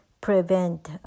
prevent